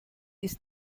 ist